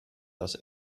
das